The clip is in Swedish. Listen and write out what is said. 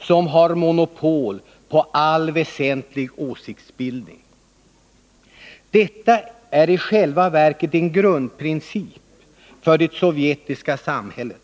som har monopol på all väsentlig åsiktsbildning. Detta är i själva verket en grundprincip för det sovjetiska samhället.